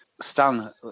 Stan